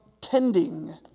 tending